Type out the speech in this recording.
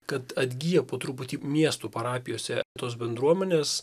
kad atgyja po truputį miestų parapijose tos bendruomenės